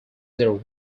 their